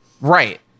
right